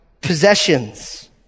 possessions